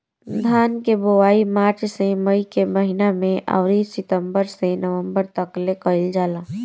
धान के बोआई मार्च से मई के महीना में अउरी सितंबर से नवंबर तकले कईल जाला